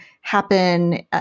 happen